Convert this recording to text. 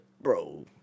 Bro